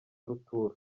rutura